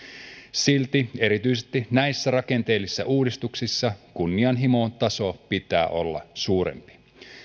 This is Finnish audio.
silti erityisesti näissä rakenteellisissa uudistuksissa kunnianhimon tason pitää olla suurempi